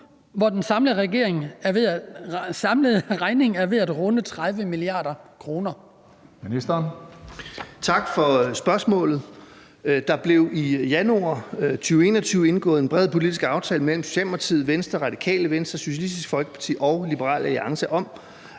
hvor den samlede regning er ved at runde 30 mia. kr.?